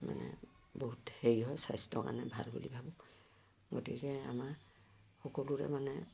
মানৰ বহুত হেৰি হয় স্বাস্থ্যৰ কাৰণে ভাল বুলি ভাবোঁ গতিকে আমাৰ সকলোৰে মানে